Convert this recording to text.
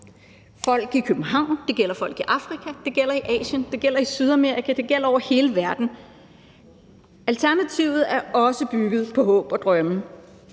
folk i København, det gælder folk i Afrika, det gælder i Asien, det gælder i Sydamerika, det gælder over hele verden. Alternativet er også bygget på håb og drømme